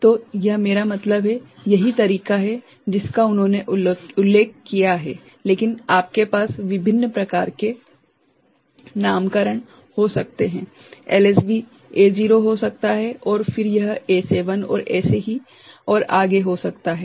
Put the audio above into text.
तो यह मेरा मतलब है यही तरीका है जिसका उन्होंने उल्लेख किया है लेकिन आपके पास विभिन्न प्रकार के नामकरण हो सकते हैं - एलएसबी A0 हो सकता है और फिर यह A7 और ऐसे ही और आगे हो सकता है